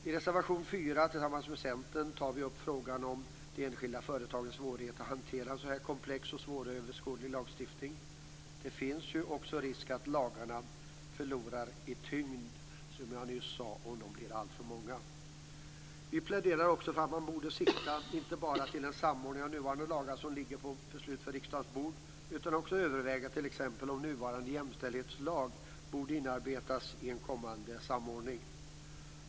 I reservation 4 har vi tillsammans med Centerpartiet tagit upp frågan om de enskilda företagens svårigheter att hantera en så här komplex och svåröverskådlig lagstiftning. Det finns också risk att lagarna förlorar i tyngd om de blir alltför många. Vi pläderar också för att inte bara sikta till en samordning av nuvarande lagar som ligger för beslut på riksdagens beslut utan också överväga om t.ex. nuvarande jämställdhetslag borde inarbetas i en kommande samordning.